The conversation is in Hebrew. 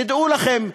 תדעו לכם,